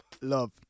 love